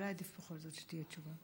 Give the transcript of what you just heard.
אולי עדיף בכל זאת שתהיה תשובה.